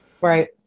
Right